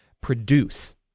produce